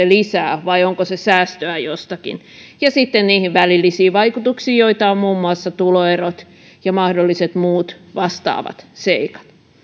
lisää vai onko se säästöä jostakin ja sitten niihin välillisiin vaikutuksiin joita ovat muun muassa tuloerot ja mahdolliset muut vastaavat seikat